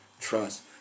Trust